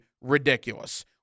ridiculous